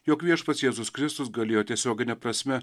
jog viešpats jėzus kristus galėjo tiesiogine prasme